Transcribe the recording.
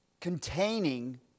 containing